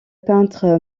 peintre